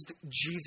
Jesus